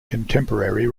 contemporary